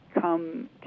come